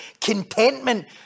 contentment